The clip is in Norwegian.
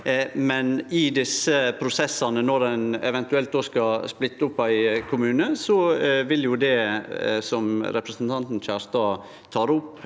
Men i desse prosessane, når ein eventuelt skal splitte opp ein kommune, vil det som representanten Kjerstad tek opp,